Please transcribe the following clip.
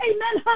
Amen